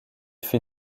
fut